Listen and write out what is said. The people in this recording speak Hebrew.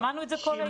שמענו את זה כל היום.